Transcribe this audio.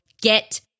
get